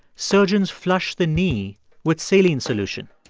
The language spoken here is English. surgeons flush the knee with saline solution.